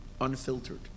unfiltered